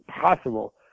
possible